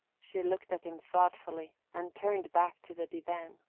she looked at him thoughtfully, and turned back to the divan.